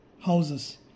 houses